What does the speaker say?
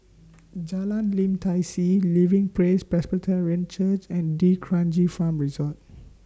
Jalan Lim Tai See Living Praise Presbyterian Church and D'Kranji Farm Resort